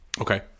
Okay